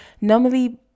Normally